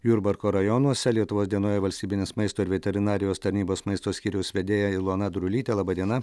jurbarko rajonuose lietuvos dienoje valstybinės maisto ir veterinarijos tarnybos maisto skyriaus vedėja ilona drulytė laba diena